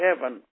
heaven